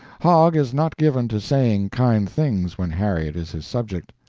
hogg is not given to saying kind things when harriet is his subject.